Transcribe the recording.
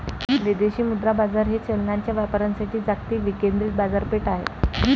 विदेशी मुद्रा बाजार हे चलनांच्या व्यापारासाठी जागतिक विकेंद्रित बाजारपेठ आहे